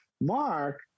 Mark